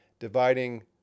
dividing